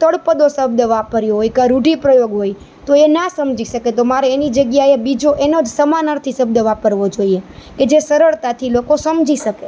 તળપદો શબ્દ વાપર્યો યા કોઈ રૂઢિપ્રયોગ હોય તો એ ના સમજી શકે તો મારે એની જગ્યાએ બીજો એનો જ સમાનાર્થી શબ્દ વાપરવો જોઈએ એ જે સરળતાથી લોકો સમજી શકે